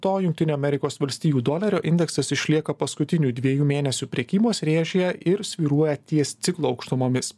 to jungtinių amerikos valstijų dolerio indeksas išlieka paskutinių dviejų mėnesių prekybos rėžyje ir svyruoja ties ciklo aukštumomis